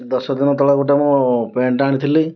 ଦଶଦିନ ତଳେ ଗୋଟିଏ ମୁଁ ପ୍ୟାଣ୍ଟ ଆଣିଥିଲି